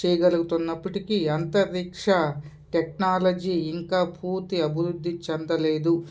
చేయగలుగుతున్నప్పటికీ అంతరిక్ష టెక్నాలజీ ఇంకా పూర్తి అభివృద్ధి చెందలేదు